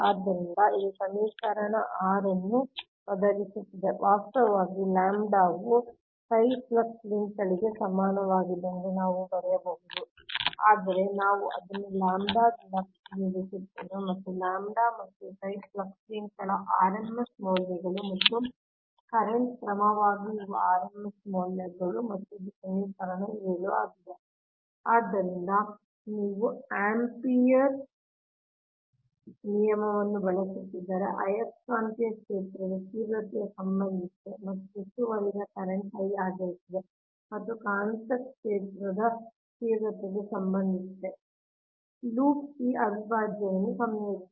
ಆದ್ದರಿಂದ ಇದು ಸಮೀಕರಣ 6 ಅನ್ನು ಒದಗಿಸುತ್ತದೆ ವಾಸ್ತವವಾಗಿ ಲ್ಯಾಂಬ್ಡಾವು ಫ್ಲಕ್ಸ್ ಲಿಂಕ್ಗಳಿಗೆ ಸಮಾನವಾಗಿದೆ ಎಂದು ನಾವು ಬರೆಯಬಹುದು ಆದರೆ ನಾವು ಅದನ್ನು ಲ್ಯಾಂಬ್ಡಾದಿಂದ ಪ್ರತಿನಿಧಿಸುತ್ತೇವೆ ಮತ್ತು ಲ್ಯಾಂಬ್ಡಾ ಮತ್ತು ಫ್ಲಕ್ಸ್ ಲಿಂಕ್ಗಳ RMS ಮೌಲ್ಯಗಳು ಮತ್ತು ಕರೆಂಟ್ ಕ್ರಮವಾಗಿ ಇವು RMS ಮೌಲ್ಯಗಳು ಮತ್ತು ಇದು ಸಮೀಕರಣ 7 ಆಗಿದೆ ಆದ್ದರಿಂದ ನೀವು ಆಂಪಿಯರ್ ನಿಯಮವನ್ನು ಬಳಸುತ್ತಿದ್ದರೆ ಆಯಸ್ಕಾಂತೀಯ ಕ್ಷೇತ್ರದ ತೀವ್ರತೆಗೆ ಸಂಬಂಧಿಸಿದೆ ಮತ್ತು ಸುತ್ತುವರಿದ ಕರೆಂಟ್ I ಆಗಿರುತ್ತದೆ ಮತ್ತು ಕಾಂತಕ್ಷೇತ್ರದ ತೀವ್ರತೆಗೆ ಸಂಬಂಧಿಸಿದೆ ಲೂಪ್ ಈ ಅವಿಭಾಜ್ಯವನ್ನು ಸಂಯೋಜಿಸುತ್ತದೆ